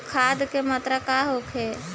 खाध के मात्रा का होखे?